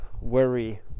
worry